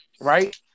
Right